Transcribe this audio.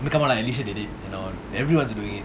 come on lah alicia they did you know everyone's doing it